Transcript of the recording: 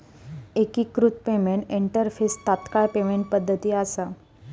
एकिकृत payment interface तात्काळ payment पद्धती असा